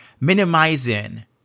minimizing